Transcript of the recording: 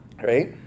right